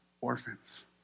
orphans